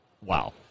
wow